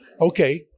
okay